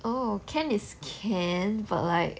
oh can is can but like